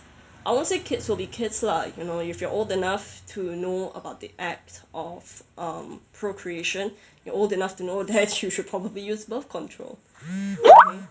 I will say kids will be kids like you know if you are old enough to know about the act of of procreation you're old enough to know that you should probably use birth control